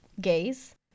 Gays